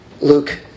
Luke